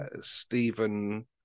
Stephen